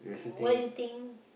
what you think